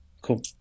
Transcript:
Cool